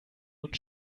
und